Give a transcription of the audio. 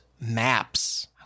maps